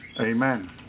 Amen